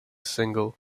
single